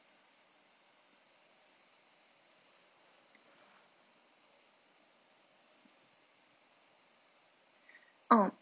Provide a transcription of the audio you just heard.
mm